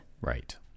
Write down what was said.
right